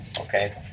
okay